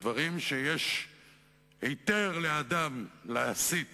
ודברים שיש היתר לאדם להסית